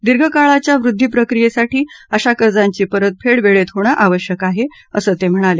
दीर्घकाळाच्या वृद्वी प्रक्रियेसाठी अशा कर्जांची परतफेड वेळेत होणं आवश्यक आहे असं ते म्हणाले